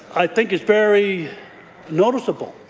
i think is very noticeable.